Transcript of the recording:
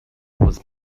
was